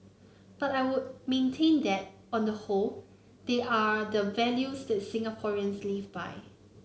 but I would maintain that on the whole they are the values that Singaporeans live by